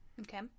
Okay